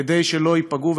כדי שלא ייפגעו,